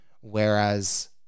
Whereas